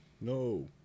No